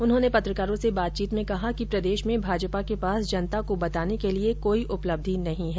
उन्होंने पत्रकारों से बातचीत में कहा कि प्रदेश में भाजपा के पास जनता को बताने के लिए कोई उपलब्धि नहीं है